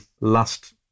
last